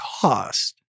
cost